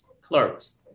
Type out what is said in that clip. clerks